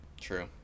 true